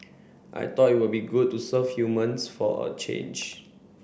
I thought it would be good to serve humans for a change